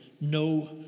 No